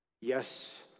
Yes